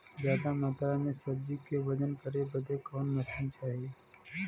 ज्यादा मात्रा के सब्जी के वजन करे बदे कवन मशीन चाही?